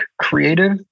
creative